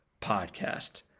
podcast